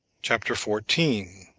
chapter fourteen.